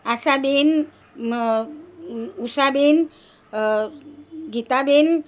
આશા બેન ન અ ઉષા બેન ગીતા બેન